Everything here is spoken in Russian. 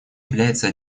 является